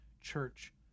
church